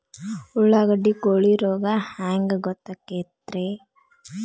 ಉಳ್ಳಾಗಡ್ಡಿ ಕೋಳಿ ರೋಗ ಹ್ಯಾಂಗ್ ಗೊತ್ತಕ್ಕೆತ್ರೇ?